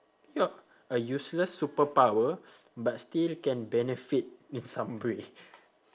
ya a useless superpower but still can benefit in some way